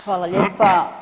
Hvala lijepa.